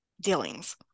dealings